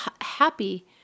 happy-